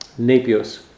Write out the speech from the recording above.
napios